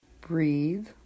Breathe